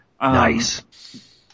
Nice